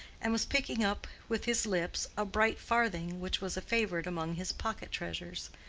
and was picking up with his lips a bright farthing which was a favorite among his pocket treasures.